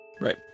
right